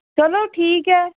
चलो ठीक ऐ